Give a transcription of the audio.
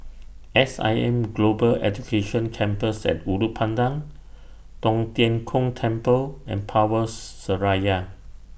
S I M Global Education Campus At Ulu Pandan Tong Tien Kung Temple and Power Seraya